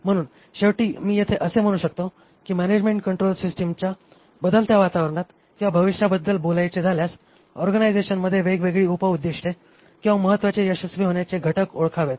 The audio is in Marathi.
म्हणून शेवटी मी येथे असे म्हणू शकतो की मॅनॅजमेन्ट कंट्रोल सिस्टीमच्या बदलत्या वातावरणात किंवा भविष्याबद्दल बोलायचे झाल्यास ऑर्गनायझेशन्सने वेगवेगळी उप उद्दिष्टे किंवा महत्वाचे यशस्वी होण्याचे घटक ओळखावेत